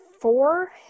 four